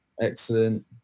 excellent